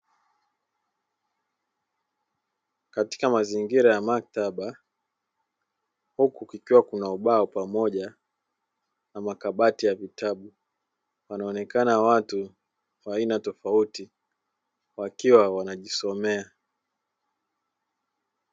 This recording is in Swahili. Katika mazingira ya maktaba huku kukiwa na ubao pamoja na kabati ya vitabu; wanaonekana wa aina tofauti wakiwa wanajisomea.